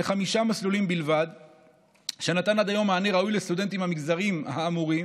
מספר שנתן עד היום מענה ראוי לסטודנטים מהמגזרים האמורים,